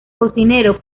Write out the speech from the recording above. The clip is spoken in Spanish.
cocinero